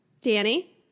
Danny